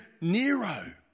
Nero